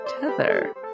tether